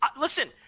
listen